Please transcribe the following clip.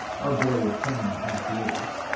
our boy of ten and a half years,